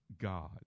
God